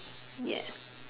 yes